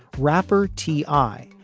rapper t i.